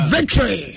Victory